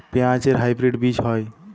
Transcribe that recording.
পেঁয়াজ এর কি হাইব্রিড বীজ হয়?